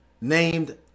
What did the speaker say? named